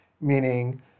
meaning